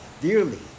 dearly